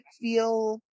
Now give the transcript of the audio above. feel